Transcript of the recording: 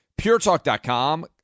puretalk.com